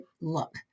look